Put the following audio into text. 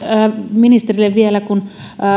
ministerille vielä